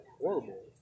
horrible